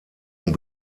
und